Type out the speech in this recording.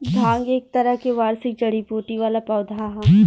भांग एक तरह के वार्षिक जड़ी बूटी वाला पौधा ह